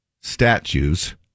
statues